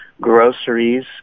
groceries